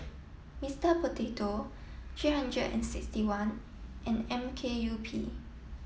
Mister Potato three hundred and sixty one and M K U P